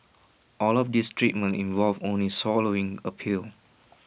all of these treatments involve only swallowing A pill